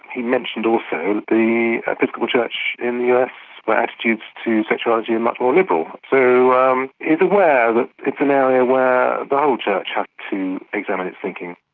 he mentioned also the episcopal church in the us where attitudes to sexuality are much more liberal. so um he's aware that it's an area where the whole church has to examine its thinking.